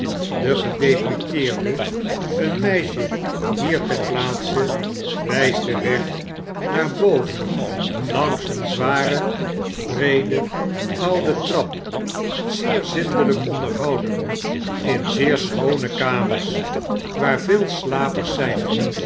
de gedeputeerde een meisje hier ter plaatse wyst den weg naar boven langs een zware breede oude trap zeer zindelyk onderhouden in zeer schoone kamers waar veel slapers zijn